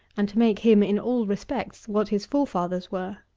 and to make him, in all respects, what his forefathers were.